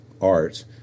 art